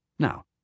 Now